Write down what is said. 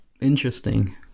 interesting